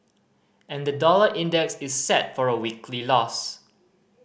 and the dollar index is set for a weekly loss